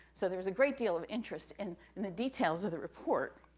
so there was a great deal of interest in and the details of the report,